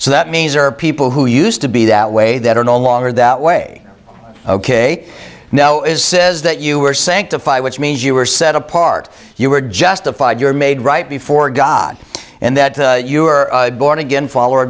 so that means there are people who used to be that way that are no longer that way ok now it says that you are sanctified which means you are set apart you were justified your made right before god and that you are born again fo